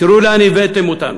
תראו לאן הבאתם אותנו.